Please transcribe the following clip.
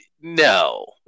No